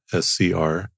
SCR